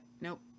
Nope